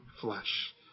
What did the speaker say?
flesh